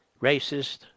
racist